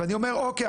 אז אני אומר: "אוקיי,